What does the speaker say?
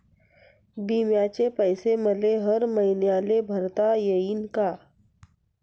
बिम्याचे पैसे मले हर मईन्याले भरता येईन का?